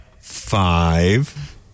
five